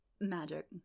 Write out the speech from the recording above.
Magic